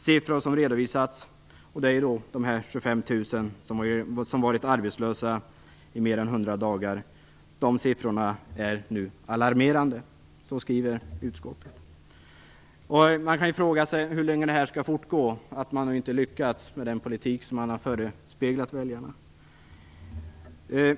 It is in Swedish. Siffror som redovisats ovan är därför alarmerande." Man kan fråga sig hur länge det här skall fortgå, att man inte har lyckats med det som man har förespeglat väljarna.